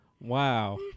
Wow